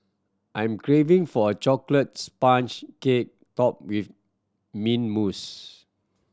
I'm craving for a chocolate sponge cake topped with mint mousse